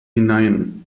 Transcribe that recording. hinein